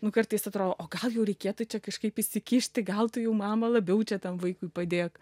nu kartais atrodo o gal jau reikėtų čia kažkaip įsikišti gal tu jau mama labiau čia tam vaikui padėk